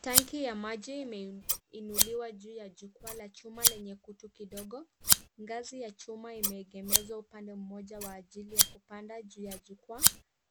Tanki ya maji imeinuliwa juu ya jukwaa la chuma lenye kuto kidogo, ngazi ya chuma imeegemezwa upande mmoja wa ajili ya kupanda juu ya jukwaa,